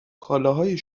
کالاهای